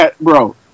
Bro